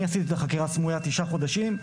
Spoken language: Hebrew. אני עשיתי את החקירה הסמויה תשעה חודשים,